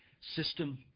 system